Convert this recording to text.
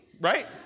right